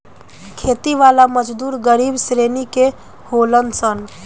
खेती वाला मजदूर गरीब श्रेणी के होलन सन